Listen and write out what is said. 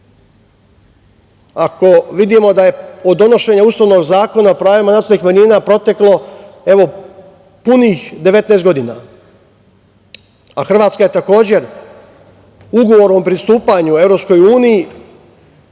ako vidimo da je od donošenja ustavnog zakona o pravima nacionalnih manjina proteklo punih 19 godina, a Hrvatska je takođe ugovorom o pristupanju EU